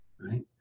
right